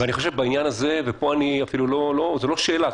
זו לא שאלה,